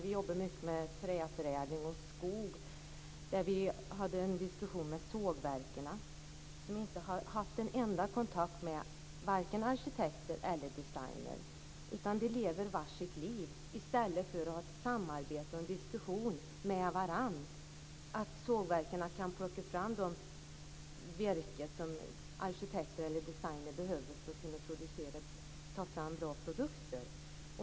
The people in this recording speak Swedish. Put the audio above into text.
Vi jobbar mycket med träförädling och skog och har haft en diskussion med representanter för sågverken som inte haft en enda kontakt med vare sig arkitekter eller designer, utan de lever sitt liv var för sig; detta i stället för att ha ett samarbete och en diskussion med varandra så att sågverken kan ta fram det virke som arkitekter eller designer behöver för att kunna ta fram bra produkter.